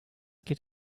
geht